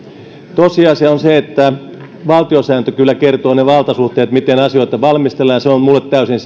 tosiasia on se että valtiosääntö kyllä kertoo ne valtasuhteet miten asioita valmistellaan ja se on minulle täysin